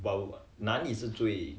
!wow! 哪里是最